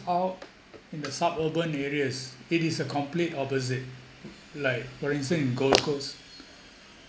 out in the sub urban areas it is a complete opposite like for instance in gold coast